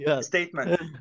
Statement